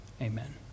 amen